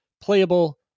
Playable